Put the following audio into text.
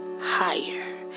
higher